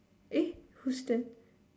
eh who's that